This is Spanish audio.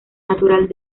natural